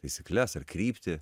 taisykles ar kryptį